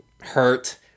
hurt